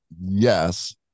yes